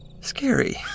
scary